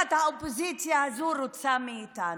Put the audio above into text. והנהגת האופוזיציה הזו רוצות מאיתנו.